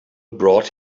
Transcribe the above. brought